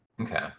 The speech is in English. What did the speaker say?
Okay